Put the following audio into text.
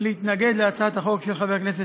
למדעי החברה והאזרחות ועוד,